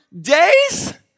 days